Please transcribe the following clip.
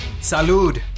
Salud